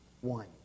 one